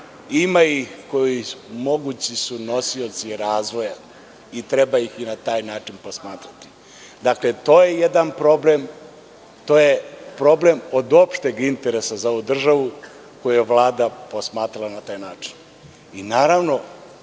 trošadžije, mogući nosioci razvoja i treba ih i na taj način posmatrati. To je jedan problem. To je problem od opšteg interesa za ovu državu koju je Vlada posmatrala na taj način. Drugi